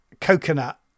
coconut